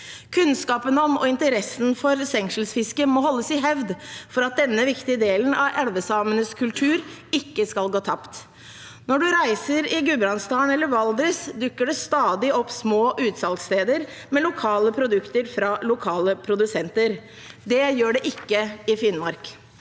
Kunnskapen om og interessen for stengselsfiske må holdes i hevd for at denne viktige delen av elvesamenes kultur ikke skal gå tapt. Når man reiser i Gudbrandsdalen eller Valdres, dukker det stadig opp små utsalgssteder med lokale produkter fra lokale produsenter. Det gjør det ikke i Finnmark.